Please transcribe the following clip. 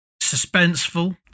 suspenseful